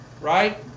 Right